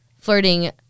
flirting